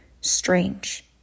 strange